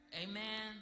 Amen